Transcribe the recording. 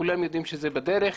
כולם יודעים שזה בדרך,